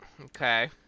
Okay